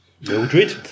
Mildred